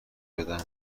بدن